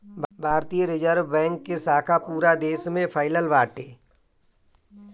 भारतीय reserve bank के शाखा पूरा देस में फइलल बाटे